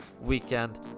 weekend